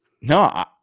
No